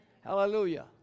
Hallelujah